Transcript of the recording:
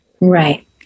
Right